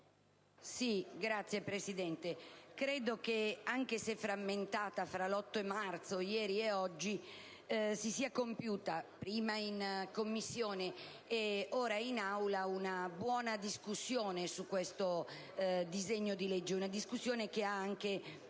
Signora Presidente, credo che, anche se frammentata fra l'8 marzo, ieri ed oggi, si sia compiuta, prima in Commissione e ora in Aula, una buona discussione sul disegno di legge in esame, discussione che ha anche